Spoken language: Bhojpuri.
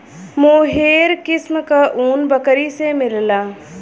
मोहेर किस्म क ऊन बकरी से मिलला